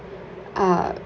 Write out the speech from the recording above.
uh